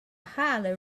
highly